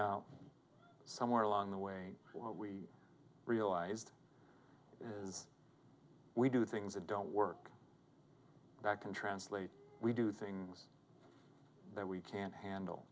now somewhere along the way we realized is we do things that don't work that can translate we do things that we can't handle